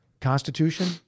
Constitution